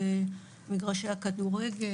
במגרשי הכדורגל,